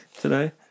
today